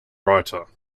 writer